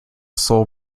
sole